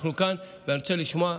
אנחנו כאן ואני רוצה לשמוע,